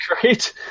great